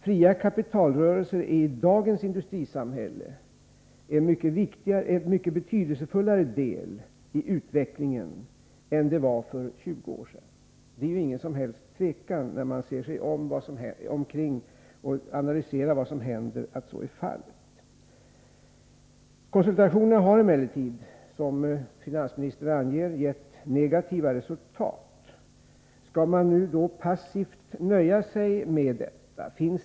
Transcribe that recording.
Fria kapitalrörelser är i dagens industrisamhälle en mycket betydelsefullare del av utvecklingen än de var för 20 år sedan. Man behöver inte hysa något som helst tvivel om detta — det finner man när man ser sig omkring och analyserar vad som händer. Konsultationerna har emellertid, som finansministern angett, fått negativa resultat. Skall man nu passivt nöja sig med detta?